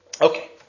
Okay